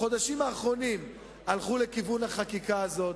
בחודשים האחרונים הלכו לכיוון החקיקה הזאת.